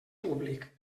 públic